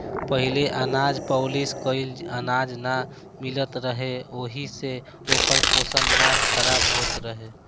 पहिले अनाज पॉलिश कइल अनाज ना मिलत रहे ओहि से ओकर पोषण ना खराब होत रहे